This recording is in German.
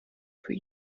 für